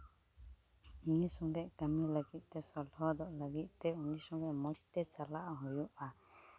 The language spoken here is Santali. ᱱᱤᱭᱟᱹ ᱥᱚᱸᱜᱮ ᱠᱟᱹᱢᱤ ᱞᱟᱹᱜᱤᱫ ᱛᱮ ᱥᱚᱞᱦᱚᱫᱚᱜ ᱞᱟᱹᱜᱤᱫ ᱛᱮ ᱩᱱᱤ ᱥᱚᱸᱜᱮ ᱢᱚᱡᱽ ᱛᱮ ᱪᱟᱞᱟᱜ ᱦᱩᱭᱩᱜᱼᱟ